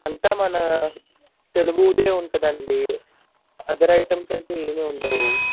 అంతా మన తెలుగుదే ఉంటుందండి అదర్ ఐటమ్స్ అంటూ ఏమి ఉండవు